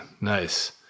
nice